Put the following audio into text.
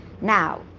Now